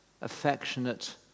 affectionate